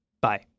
Bye